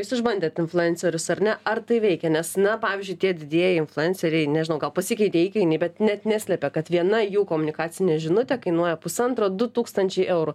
jūs išbandėt influencerius ar ne ar tai veikia nes na pavyzdžiui tie didieji influenceriai nežinau gal pasikeitė įkainiai bet net neslepia kad viena jų komunikacinė žinutė kainuoja pusantro du tūkstančiai eurų